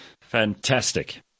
Fantastic